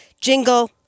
jingle